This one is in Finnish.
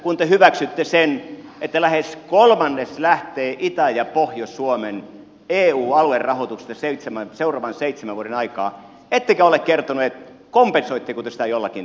aluekehityksessä te hyväksytte sen että lähes kolmannes lähtee itä ja pohjois suomen eu aluerahoituksesta seuraavan seitsemän vuoden aikaan ettekä ole kertonut kompensoitteko te sitä jollakin tavalla